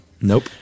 Nope